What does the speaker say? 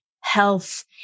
health